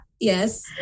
Yes